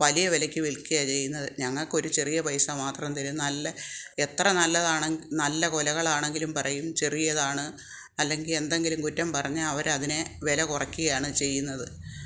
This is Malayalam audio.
വലിയ വിലയ്ക്ക് വിൽക്കുകയാണ് ചെയ്യുന്നത് ഞങ്ങൾക്ക് ഒരു ചെറിയ പൈസ മാത്രം തരും നല്ല എത്ര നല്ലതാണെങ്കിലും നല്ല കുലകൾ ആണെങ്കിലും പറയും ചെറിയതാണ് അല്ലെങ്കിൽ എന്തെങ്കിലും കുറ്റം പറഞ്ഞ് അവർ അതിനെ വില കുറയ്ക്കുകയാണ് ചെയ്യുന്നത്